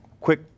Quick